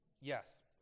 Yes